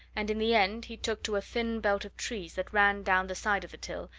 and in the end he took to a thin belt of trees that ran down the side of the till,